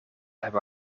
hebben